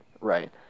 right